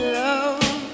love